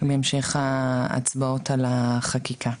בהמשך ההצבעות על החקיקה.